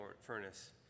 furnace